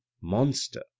monster